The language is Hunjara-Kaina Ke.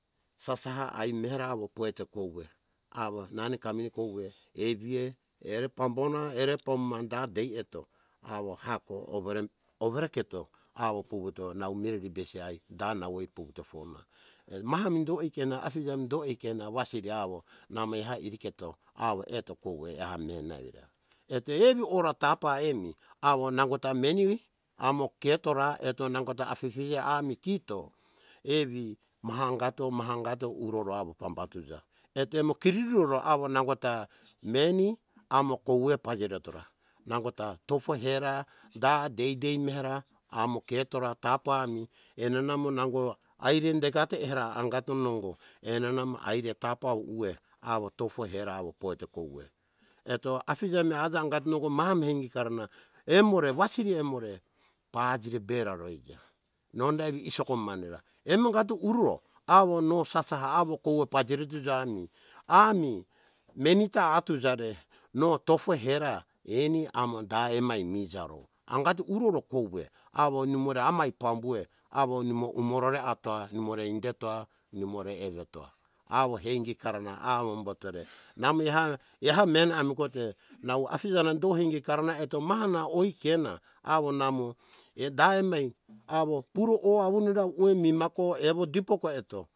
Sasaha ai mera avo pojeto kouve awo nanameni koive awo eviia pambona ere pambona pambuma da dai eto awo heako overeketo awo vuvuto nau mireri besi ai da nau eh vuvuto, eto maha mi do eh kena maha mi do eh kena wasiri awo namo eha iriketo awo eto kouve eha mena evira. Eto evi ora tapa emi awo nangota meni amo ketora, eto nangota afifije ami ketora, evi maha angato mahangato uroro awo pambatuja. Eto emo kurororu awo nangota meni amo kouve pajiretora, nangota tofo hera da dai dai mera amo ketora tapa ami enena amo nango aire dekato era angato nongo, enenamo aire tapai ai ueh. Awo tofo hera awo pojeto kouve, eto afija mi aja angato maha mi eh ingikarana emore wasiri emore pajireberaro ija, donda evi isoko manera ro ija emegato uroro awo no sasaha awo kouve pajiretuja ami meni ta atuja re no tofo hera eni amo da emai mijaro, angato uroro kouve awor nimore amai pambue awo nimo umorore atoa, nimo re indetoa, nimore evetoaa awo hei ingikarana avombotore namo eha mena emikote nau afija na do hai ingikarana eto maha oikena awo namo da emai pure o avunda awo ue mimakoro evo dipori eto